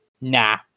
nah